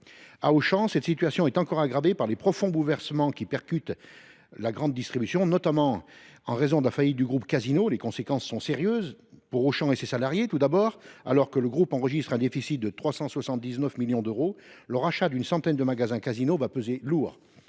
Auchan, cette situation est encore aggravée par les profonds bouleversements qui perturbent la grande distribution, notamment en raison de la faillite du groupe Casino. Pour Auchan et ses salariés, les conséquences de cette situation sont majeures. Alors que le groupe enregistre un déficit de 379 millions d’euros, le rachat d’une centaine de magasins Casino va peser lourd.